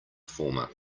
former